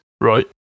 Right